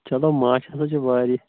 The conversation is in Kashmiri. چَلو ماچھ ہَسا چھِ واریاہ